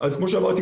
כמו שאמרתי,